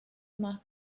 más